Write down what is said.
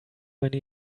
many